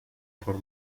por